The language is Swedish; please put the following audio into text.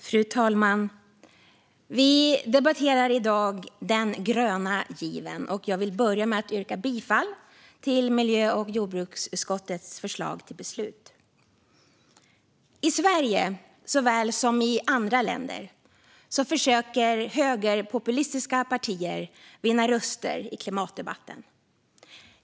Fru talman! Vi debatterar i dag den gröna given, och jag vill börja med att yrka bifall till miljö och jordbruksutskottets förslag till beslut. I Sverige såväl som i andra länder försöker högerpopulistiska partier att vinna röster i klimatdebatten.